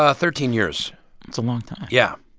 ah thirteen years that's a long time yeah,